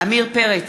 עמיר פרץ,